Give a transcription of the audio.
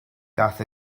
gaeth